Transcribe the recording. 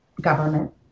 government